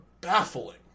baffling